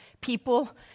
people